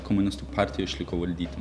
komunistų partija išliko valdyti